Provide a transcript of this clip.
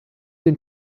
den